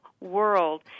world